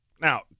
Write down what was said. Now